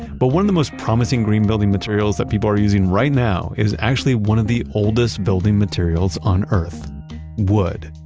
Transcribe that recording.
but one of the most promising green building materials that people are using right now is actually one of the oldest building materials on earth wood.